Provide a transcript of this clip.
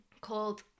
called